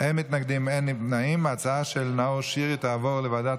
מאגר מידע גנטי של כלבים, התשפ"ג 2023, לוועדת